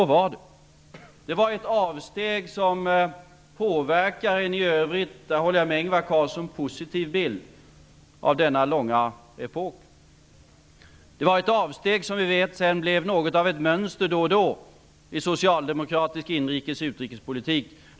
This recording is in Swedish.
Detta var ett avsteg som påverkar en i övrigt -- det håller jag med Ingvar Carlsson om -- positiv bild av denna långa epok. Vi vet också att detta avsteg sedan blev ett mönster som då och då återkom i socialdemokratisk inrikes utrikespolitik.